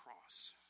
cross